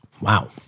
Wow